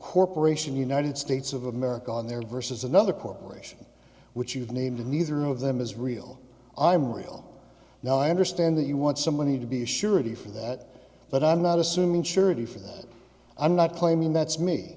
corporation united states of america on there versus another corporation which you've named neither of them is real i'm real now i understand that you want somebody to be a surety for that but i'm not assuming surety for that i'm not claiming that's me